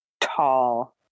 tall